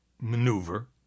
maneuver